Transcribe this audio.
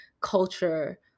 culture